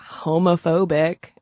homophobic